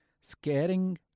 scaring